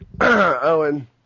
Owen